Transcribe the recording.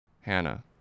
Hannah